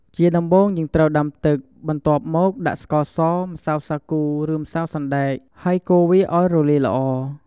ជាដំបូង យើងត្រូវដាំទឹក បន្ទាប់មក ដាក់ស្ករស ម្សៅសាគូ ឬ ម្សៅសណ្តែក ហើយកូរឱ្យវារលាយល្អ។